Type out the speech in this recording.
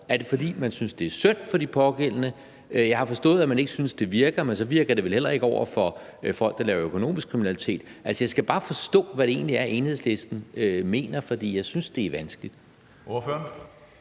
Er det, fordi man synes, det er synd for de pågældende? Jeg har forstået, at man ikke synes, det virker, men så virker det vel heller ikke over for folk, der laver økonomisk kriminalitet. Altså, jeg skal bare forstå, hvad det egentlig er, Enhedslisten mener, for jeg synes, det er vanskeligt. Kl.